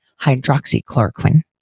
hydroxychloroquine